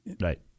Right